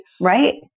Right